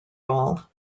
role